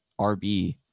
RB